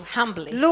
humbly